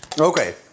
Okay